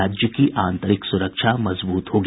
राज्य की आंतरिक सुरक्षा मजबूत होगी